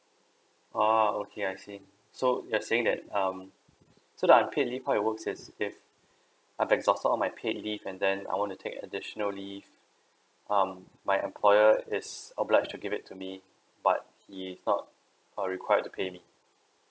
oh okay I see so you are saying that um so the unpaid leave how it works is if I've exhausted all my paid leave and then I want to take additional leave um my employer is obliged to give it to me but he is not uh required to pay me